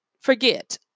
forget